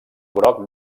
groc